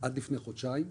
עד לפני חודשיים.